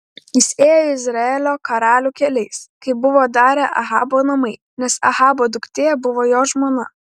jis ėjo izraelio karalių keliais kaip buvo darę ahabo namai nes ahabo duktė buvo jo žmona